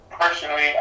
personally